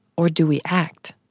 or do we act?